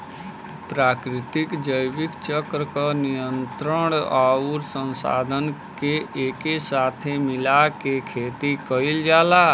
प्राकृतिक जैविक चक्र क नियंत्रण आउर संसाधन के एके साथे मिला के खेती कईल जाला